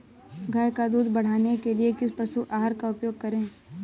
गाय का दूध बढ़ाने के लिए किस पशु आहार का उपयोग करें?